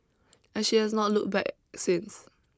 and she has not looked back since